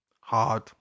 Hard